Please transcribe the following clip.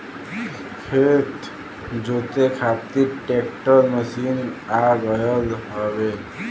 खेत जोते खातिर ट्रैकर मशीन आ गयल हउवे